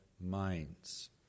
minds